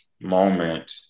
moment